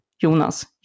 jonas